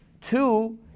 two